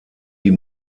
die